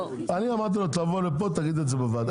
אני אמרתי לו תבוא לפה תגיד בוועדה.